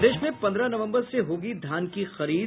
प्रदेश में पंद्रह नवम्बर से होगी धान की खरीद